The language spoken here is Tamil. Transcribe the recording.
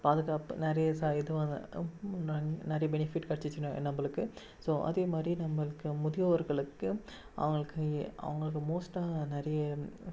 பாதுகாப்பு நிறைய சா எதுவாக இருந்தால் நிறைய பெனிஃபிட் கிடச்சிச்சு நெ நம்மளுக்கு ஸோ அதேமாதிரி நம்மளுக்கு முதியோர்களுக்கு அவங்களுக்கு அவங்களுக்கு மோஸ்ட்டாக நிறைய